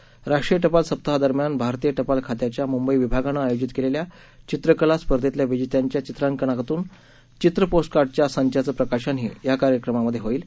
त्यासोबतच राष्ट्रीय टपाल सप्ताह दरम्यान भारतीय टपाल खात्याच्या मुंबई विभागानं आयोजित केलेल्या चित्रकला स्पर्धेतल्या विजेत्यांच्या चित्रांकनातून चित्र पोस्टकार्डच्या संचाचं प्रकाशनही या कार्यक्रमामध्ये होईल